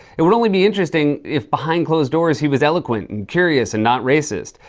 it would only be interesting if behind closed doors he was eloquent and curious and not racist.